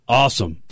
awesome